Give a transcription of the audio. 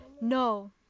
No